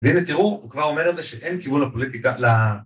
והנה תראו, הוא כבר אומר את זה שאין כיוון לפוליטיקה ל...